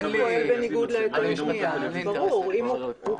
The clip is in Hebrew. פועל בניגוד להיתרי בנייה, בוודאי.